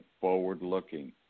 forward-looking